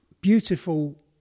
beautiful